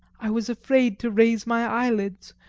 i was afraid to raise my eyelids,